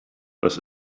was